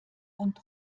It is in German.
und